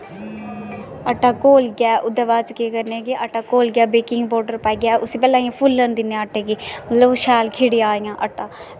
आटा घोलियै केह् करने कि बेकिंग पोडर पाईयै उस्सी फुल्लन दिन्ने आटे गी मतलब शैल खिड़ी जा इ'यां आटा